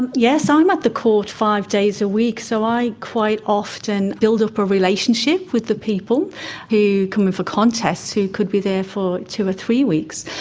and yes, i'm at the court five days a week so i quite often build up a relationship with the people who come in for contest who could be there for two or three weeks.